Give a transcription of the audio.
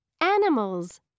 Animals